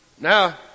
Now